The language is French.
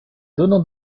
donnant